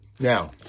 Now